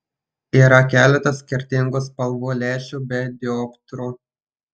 yra keletas skirtingų spalvų lęšių be dioptrų